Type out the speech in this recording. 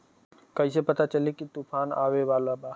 कइसे पता चली की तूफान आवा वाला बा?